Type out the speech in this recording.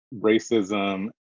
racism